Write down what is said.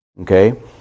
okay